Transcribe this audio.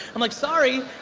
i'm like, sorry.